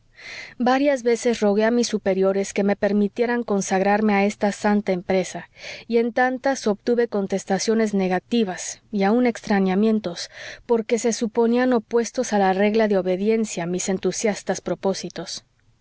varias veces rogué a mis superiores que me permitieran consagrarme a esta santa empresa y en tantas obtuve contestaciones negativas y aun extrañamientos porque se suponían opuestos a la regla de obediencia mis entusiastas propósitos